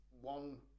one